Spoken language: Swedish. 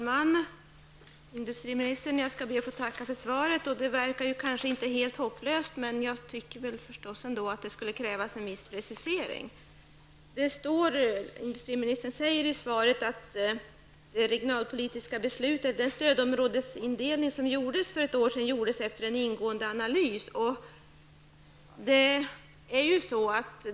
Herr talman! Jag tackar industriministern för svaret. Det verkar inte helt hopplöst, men jag tycker förstås ändå att det behövs en viss precisering. Industriministern säger i sitt svar att den stödområdesavgränsning som gjordes för ett år sedan gjordes efter en ingående analys.